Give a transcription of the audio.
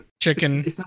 chicken